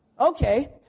Okay